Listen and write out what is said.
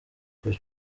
kuri